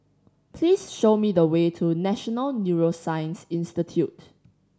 please show me the way to National Neuroscience Institute